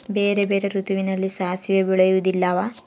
ಬೇರೆ ಬೇರೆ ಋತುವಿನಲ್ಲಿ ಸಾಸಿವೆ ಬೆಳೆಯುವುದಿಲ್ಲವಾ?